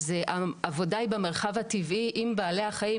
העבודה היא במרחב הטבעי עם בעלי החיים,